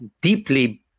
deeply